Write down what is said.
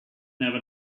never